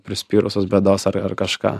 prispyrusios bėdos ar ar kažką